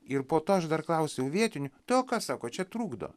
ir po to aš dar klausiau vietinių tai o ką sako čia trukdo